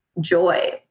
joy